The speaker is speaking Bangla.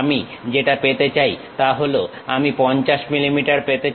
আমি যেটা পেতে চাই তা হলো আমি 50 মিলিমিটার পেতে চাই